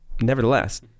Nevertheless